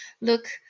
look